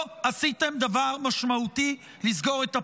לא עשיתם דבר משמעותי לסגור את הפער.